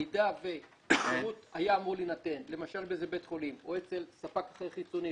אם השירות היה אמור להינתן למשל בבית חולים או אצל ספק אחר חיצוני,